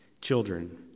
children